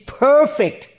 perfect